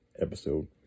episode